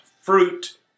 fruit